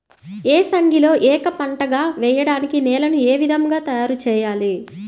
ఏసంగిలో ఏక పంటగ వెయడానికి నేలను ఏ విధముగా తయారుచేయాలి?